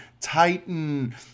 Titan